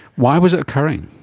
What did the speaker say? why was it occurring?